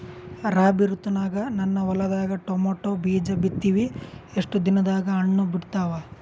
ರಾಬಿ ಋತುನಾಗ ನನ್ನ ಹೊಲದಾಗ ಟೊಮೇಟೊ ಬೀಜ ಬಿತ್ತಿವಿ, ಎಷ್ಟು ದಿನದಾಗ ಹಣ್ಣ ಬಿಡ್ತಾವ?